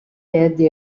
verdi